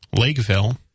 Lakeville